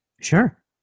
Sure